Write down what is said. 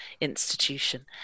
institution